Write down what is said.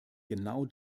genau